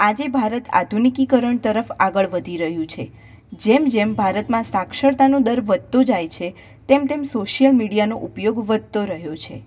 આજે ભારત આધુનિકીકરણ તરફ આગળ વધી રહ્યું છે જેમ જેમ ભારતમાં સાક્ષરતાનો દર વધતો જાય છે તેમ તેમ સોશિયલ મીડિયાનો ઉપયોગ વધતો રહ્યો છે